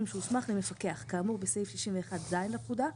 שהוסמך למפקח כאמור בסעיף 61ז לפקודה,